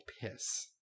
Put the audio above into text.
piss